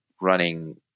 running